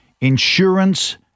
insurance